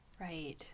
Right